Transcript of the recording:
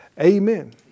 amen